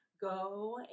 go